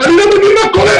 אני לא מבין מה קורה.